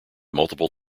multiple